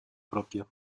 propia